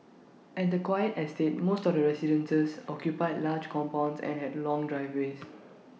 at the quiet estate most of the residences occupied large compounds and had long driveways